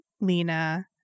Lena